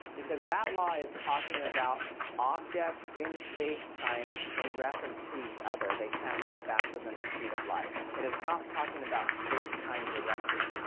because that law is talking about objects in space-time in reference to each other thay can't move faster than the speed of light. but it's not talking about space-time directly.